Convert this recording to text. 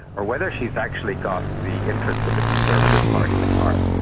or whether she has actually got the interests of the conservative party at heart,